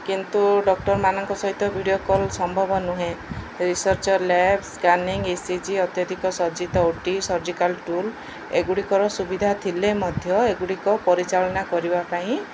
କିନ୍ତୁ ଡକ୍ଟରମାନଙ୍କ ସହିତ ଭିଡ଼ିଓ କଲ୍ ସମ୍ଭବ ନୁହେଁ ରିସର୍ଚ୍ଚ୍ ଲ୍ୟାବ ସ୍କାନିଂ ଏସିଜି ଅତ୍ୟଧିକ ସର୍ଜିତ ଓଟି ସର୍ଜିକାଲ ଟୁଲ୍ ଏଗୁଡ଼ିକର ସୁବିଧା ଥିଲେ ମଧ୍ୟ ଏଗୁଡ଼ିକ ପରିଚାଳନା କରିବା ପାଇଁ